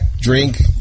drink